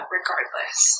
regardless